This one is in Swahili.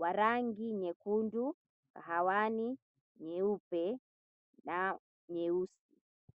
wa rangi nyekundu, kahawani, nyeupe na nyeusi.